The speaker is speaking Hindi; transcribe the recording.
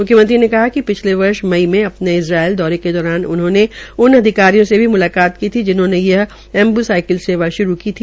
मुख्यमंत्री ने कहा कि पिछले वर्ष मई में अपने इरजाइल दौरे के दौरान उन्होंने उन अधिकारियों से भी म्लाकात की थी जिन्होंने यह एम्बूसाइकल सेवा शुरू की थी